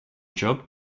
job